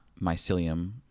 mycelium